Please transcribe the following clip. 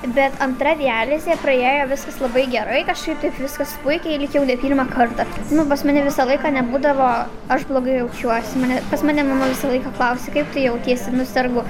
bet antra dializė praėjo viskas labai gerai kažkaip taip viskas puikiai lyg jau ne pirmą kartą nu pas mane visą laiką nebūdavo aš blogai jaučiuosi mane pas mane mama visą laiką klausia kaip tu jautiesi nu sergu